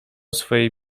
swojej